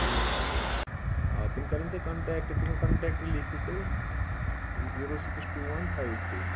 آ تِم کَرن تۄہہِ کَنٹیکٹہٕ تِہُنٛد کَنٹیکٹہٕ لیکھِو تُہۍ zero six two one five three